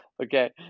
Okay